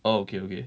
oh okay okay